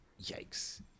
Yikes